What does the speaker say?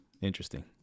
interesting